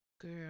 girl